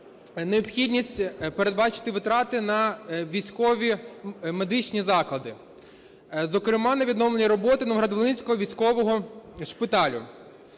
необхідність передбачити витрати на військові медичні заклади, зокрема на відновлення роботи Новоград-Волинського військового шпиталю.